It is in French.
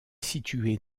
située